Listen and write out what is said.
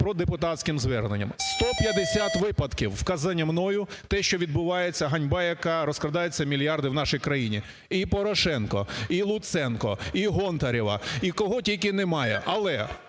по депутатським зверненням. 150 випадків, вказаних мною, те, що відбувається, ганьба, яка розкрадається, мільярди в нашій країні: і Порошенко, і Луценко, і Гонтарева, і кого тільки немає, але